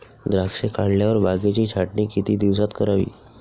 द्राक्षे काढल्यावर बागेची छाटणी किती दिवसात करावी?